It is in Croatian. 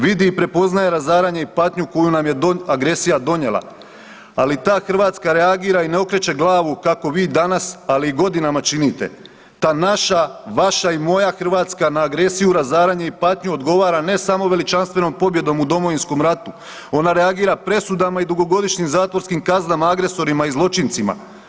Vidi i prepoznaje razaranje i patnju koju nam je agresija donijela, ali ta Hrvatska reagira i ne okreće glavu kako vi danas, ali i godinama činite, ta naša, vaša i moja Hrvatska na agresiju, razaranje i patnju odgovara ne samo veličanstvenom pobjedom u Domovinskom ratu, ona reagira presudama i dugogodišnjim zatvorskim kaznama agresorima i zločincima.